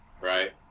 right